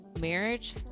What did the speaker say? marriage